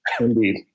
Indeed